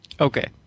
Okay